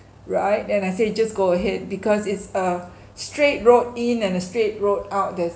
right and I say just go ahead because it's a straight road in and a straight road out there's